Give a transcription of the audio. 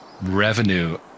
revenue